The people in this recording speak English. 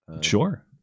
Sure